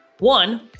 One